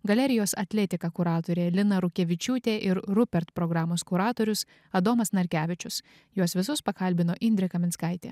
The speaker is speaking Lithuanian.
galerijos atletika kuratorė lina rukevičiūtė ir rupert programos kuratorius adomas narkevičius juos visus pakalbino indrė kaminskaitė